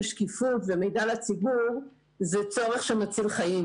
שקיפות ומידע לציבור זה צורך שמציל חיים.